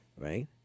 Right